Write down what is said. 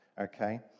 Okay